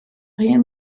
rien